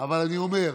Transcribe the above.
אבל אני אומר,